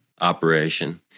operation